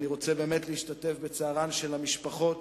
אני רוצה באמת להשתתף בצערן של המשפחות